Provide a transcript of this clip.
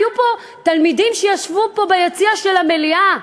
היו פה תלמידים, ישבו ביציע של המליאה.